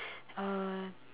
uh